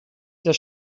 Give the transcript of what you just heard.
der